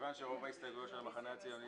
מכיוון שרוב ההסתייגויות של המחנה הציוני